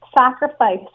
Sacrifice